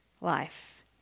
life